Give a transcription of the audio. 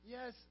Yes